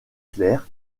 clairs